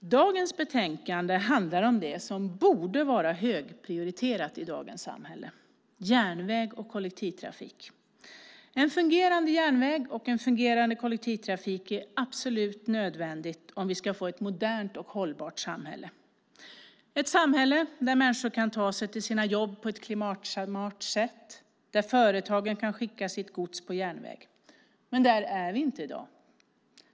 Herr talman! Dagens betänkande handlar om det som borde vara högprioriterat i dagens samhälle: järnväg och kollektivtrafik. En fungerande järnväg och en fungerande kollektivtrafik är absolut nödvändigt om vi ska få ett modernt och hållbart samhälle, ett samhälle där människor kan ta sig till sina jobb på ett klimatsmart sätt och där företagen kan skicka sitt gods på järnväg. Men där är vi inte i dag.